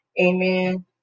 Amen